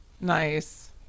Nice